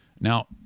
Now